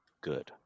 good